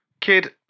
Kid